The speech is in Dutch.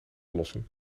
lossen